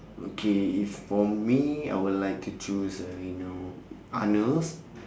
okay if for me I would like to choose uh you know arnold's